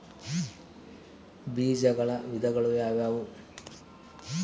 ಬೇಜಗಳ ವಿಧಗಳು ಯಾವುವು?